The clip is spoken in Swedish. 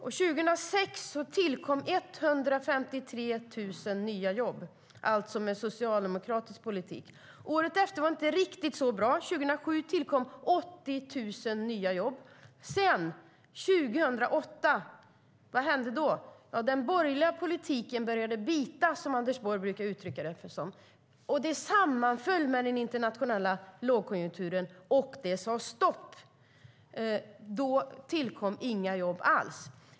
År 2006 tillkom 153 000 nya jobb, alltså med socialdemokratisk politik. Året efter var det inte riktigt så bra. År 2007 tillkom 80 000 nya jobb. Vad hände 2008? Den borgerliga politiken började bita, som Anders Borg brukar uttrycka det. Det sammanföll med den internationella lågkonjunkturen, och det sade stopp. Då tillkom inga jobb alls.